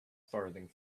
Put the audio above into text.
farthing